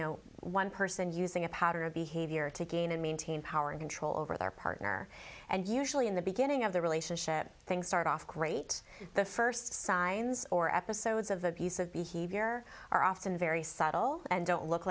know one person using a pattern of behavior to gain and maintain power and control over their partner and usually in the beginning of the relationship things start off great the first signs or episodes of abusive behavior are often very subtle and don't look